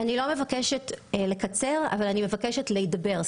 אני לא מבקשת לקצר אבל אני מבקשת להידבר.